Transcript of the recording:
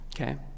Okay